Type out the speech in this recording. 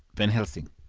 van helsing.